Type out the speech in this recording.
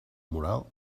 mural